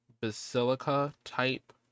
basilica-type